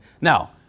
Now